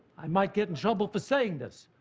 i might get in trouble for saying this.